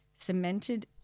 cemented